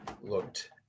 looked